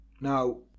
Now